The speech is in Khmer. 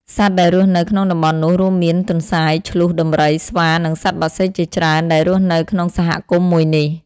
សត្វដែលរស់នៅក្នុងតំបន់នោះរួមមាន៖ ទន្សាយ ឈ្លូស ដំរី ស្វានិងសត្វបក្សីជាច្រើនដែលរស់នៅក្នុងសហគមន៍មួយនេះ។